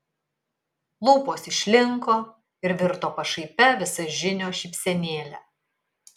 lūpos išlinko ir virto pašaipia visažinio šypsenėle